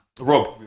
Rob